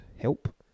help